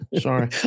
sorry